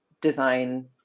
design